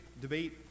debate